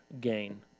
gain